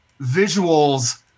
visuals